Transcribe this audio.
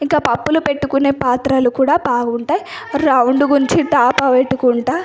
ఇక పప్పులు పెట్టుకునే పాత్రలు కూడా బాగుంటాయి రౌండ్ గుంచి టాప్ అవేట్టుకుంటా